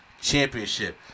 championship